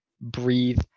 breathe